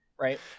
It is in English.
right